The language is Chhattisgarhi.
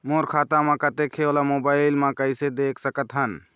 मोर खाता म कतेक हे ओला मोबाइल म कइसे देख सकत हन?